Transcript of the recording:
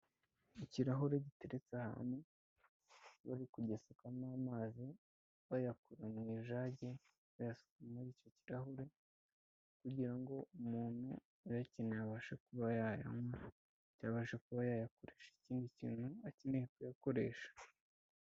Ikirahure giteretse ahantu bari kugisukamo amazi bayakura mu ijage bayasuka muri icyo kirahure, kugira ngo umuntu ayakeneye abashe kuba yayanywa, yabashe kuba yayakoresha ikindi kintu akeneye kuyakoresha.